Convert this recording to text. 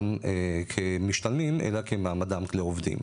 מעמדם כמשתלמים, אלא כמעמדם לעובדים.